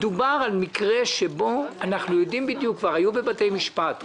מדובר על מקרה שבו אנחנו יודעים בדיוק כבר היום בבתי משפט,